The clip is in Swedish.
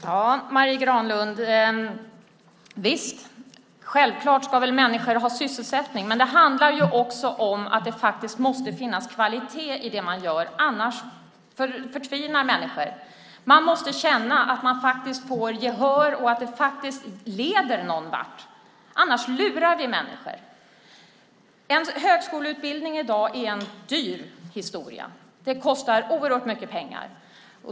Herr talman! Visst, Marie Granlund - självklart ska människor ha sysselsättning, men det handlar också om att det måste finnas kvalitet i det man gör. Annars förtvinar människor. Man måste känna att man får gehör och att det leder någonstans. I annat fall lurar vi människor. En högskoleutbildning i dag är en dyr historia. Den kostar oerhört mycket pengar.